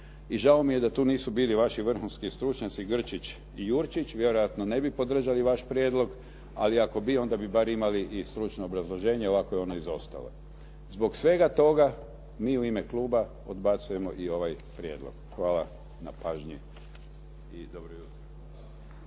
i žao mi je da tu nisi bili vaši vrhunski stručnjaci Grčić i Jurčić, vjerojatno ne bi podržali vaš prijedlog, ali ako bi onda bi bar imali i stručno obrazloženje. Ovako je ono izostalo. Zbog svega toga mi u ime kluba odbacujemo i ovaj prijedlog. Hvala na pažnji i dobro jutro.